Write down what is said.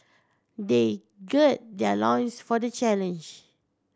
they gird their loins for the challenge